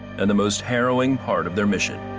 and the most harrowing part of their mission.